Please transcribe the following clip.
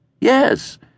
Yes